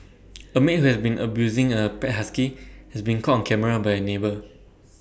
A maid who has been abusing A pet husky has been caught on camera by A neighbour